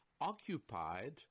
occupied